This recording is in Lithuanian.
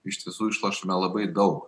iš tiesų išlošėme labai daug